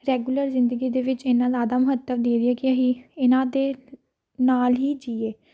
regular ਜ਼ਿੰਦਗੀ ਦੇ ਵਿੱਚ ਇੰਨਾਂ ਜ਼ਿਆਦਾ ਮਹੱਤਵ ਦੇ ਦਈਏ ਕਿ ਅਸੀਂ ਇਹਨਾਂ ਦੇ ਨਾਲ ਹੀ ਜੀਏ